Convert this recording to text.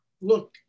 look